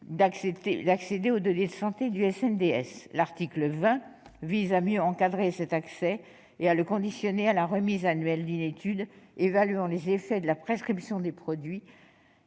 d'accéder aux données de santé du SNDS. L'article 20 vise à mieux encadrer cet accès et à le conditionner à la remise annuelle d'une étude évaluant les effets de la prescription des produits,